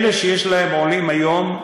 אלה שיש בהן עולים היום,